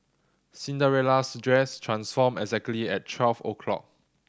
Cinderella's dress transformed exactly at twelve o'clock